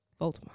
Voldemort